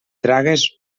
tragues